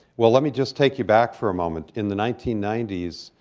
well, let me just take you back for a moment. in the nineteen ninety s,